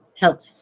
helps